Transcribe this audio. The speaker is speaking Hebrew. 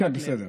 בסדר.